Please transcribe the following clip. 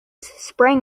sprang